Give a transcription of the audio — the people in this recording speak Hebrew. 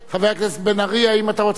חבר הכנסת מקלב, אתה רוצה לדבר?